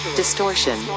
distortion